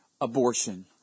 Abortion